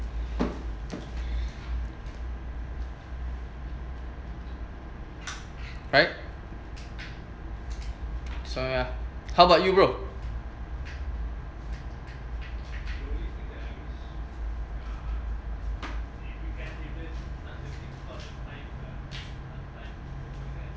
right so ya how about you bro